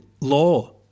law